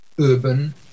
urban